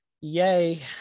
yay